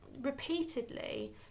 repeatedly